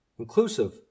inclusive